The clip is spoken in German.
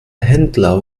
händler